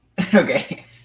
Okay